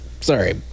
Sorry